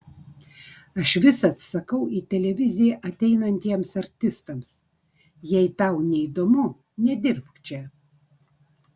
aš visad sakau į televiziją ateinantiems artistams jei tau neįdomu nedirbk čia